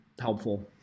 helpful